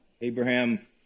Abraham